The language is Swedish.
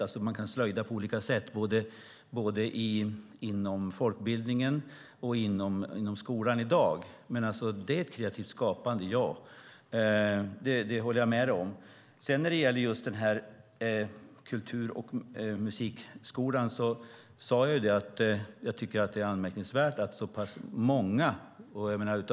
Man kan alltså slöjda på olika sätt, både inom folkbildningen och inom skolan i dag. Det är kreativt skapande, ja. Det håller jag med dig om. När det gäller just kultur och musikskolan sade jag ju att jag tycker att det är anmärkningsvärt att så pass många har rustat ned.